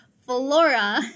flora